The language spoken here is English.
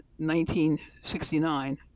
1969